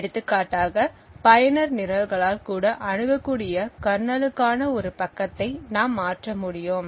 எடுத்துக்காட்டாக பயனர் நிரல்களால் கூட அணுகக்கூடிய கர்னலுக்கான ஒரு பக்கத்தை நாம் மாற்ற முடியும்